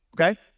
okay